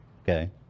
Okay